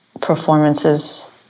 performances